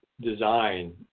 design